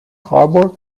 harbour